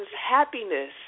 happiness